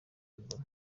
ebola